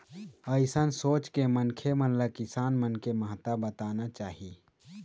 अइसन सोच के मनखे मन ल किसान मन के महत्ता बताना चाही